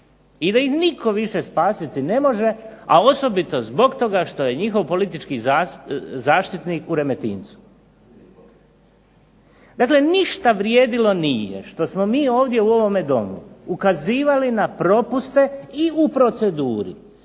i da ih nitko više spasiti ne može a osobito zbog toga što je njihov politički zaštitnik u Remetincu. Dakle, ništa vrijedilo nije, što smo mi u ovome Domu ukazivali na propuste i u proceduri,